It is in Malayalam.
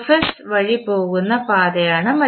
വഴി പോകുന്ന പാതയാണ് മറ്റ് പാത